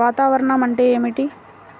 వాతావరణం అంటే ఏమిటి?